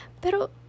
Pero